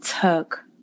took